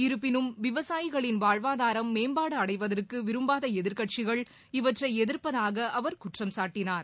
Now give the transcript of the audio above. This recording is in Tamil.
இருப்பினும் விவசாயிகளின் வாழ்வாதாரம் மேம்பாடு அடைவதற்கு விரும்பாத எதிர்க்கட்சிகள் இவற்றை எதிர்ப்பதாக அவர் குற்றம்சாட்டினார்